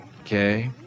okay